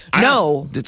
No